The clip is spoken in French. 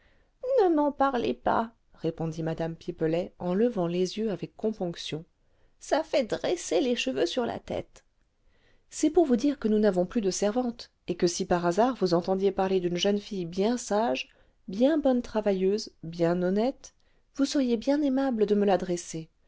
ne m'en parlez pas répondit mme pipelet en levant les yeux avec componction ça fait dresser les cheveux sur la tête c'est pour vous dire que nous n'avons plus de servante et que si par hasard vous entendiez parler d'une jeune fille bien sage bien bonne travailleuse bien honnête vous seriez bien aimable de me l'adresser